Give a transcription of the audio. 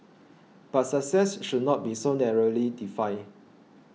but success should not be so narrowly defined